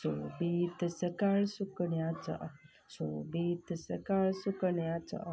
सोबीत सकाळ सुकण्यांचो सोबीत सकाळ सुकण्यांचो